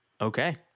Okay